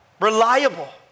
reliable